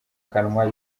kanwa